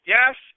Yes